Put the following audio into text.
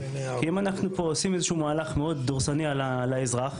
כי אם אנחנו עושים מהלך מאוד דורסני על האזרח,